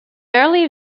early